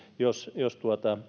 jos jos